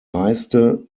reiste